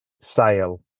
sale